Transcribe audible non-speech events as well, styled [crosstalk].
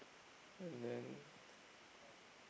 and then [breath]